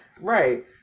right